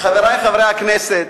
חברי חברי הכנסת,